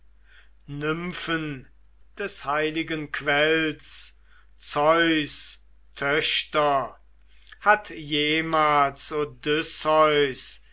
nymphen des heiligen quells zeus töchter hat jemals odysseus